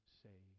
say